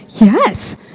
yes